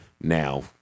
now